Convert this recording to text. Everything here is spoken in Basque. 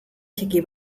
txiki